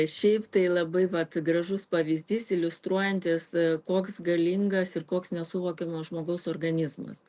šiaip tai labai vat gražus pavyzdys iliustruojantis koks galingas ir koks nesuvokiamas žmogaus organizmas